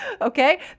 okay